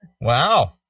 Wow